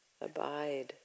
abide